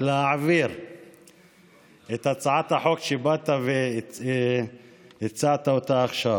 להעביר את הצעת החוק שבאת והצעת עכשיו.